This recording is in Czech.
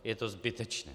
Je to zbytečné.